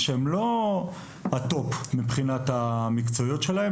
אלה שהם לא הטופ במקצועיות שלהם,